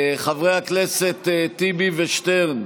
חברי הכנסת טיבי ושטרן,